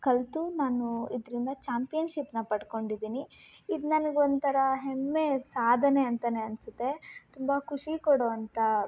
ಕಲಿತು ನಾನು ಇದರಿಂದ ಚಾಂಪಿಯನ್ಶಿಪ್ಪನ್ನ ಪಡ್ಕೊಂಡಿದ್ದೀನಿ ಇದು ನನ್ಗೆ ಒಂಥರ ಹೆಮ್ಮೆಯ ಸಾಧನೆ ಅಂತ ಅನಿಸುತ್ತೆ ತುಂಬ ಖುಷಿ ಕೊಡೊ ಅಂತ